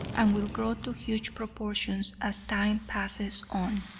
and will grow to huge proportions as time passes on.